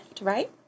right